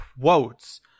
quotes